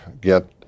get